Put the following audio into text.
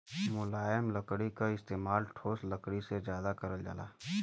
मुलायम लकड़ी क इस्तेमाल ठोस लकड़ी से जादा करल जाला